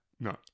No